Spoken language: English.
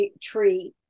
tree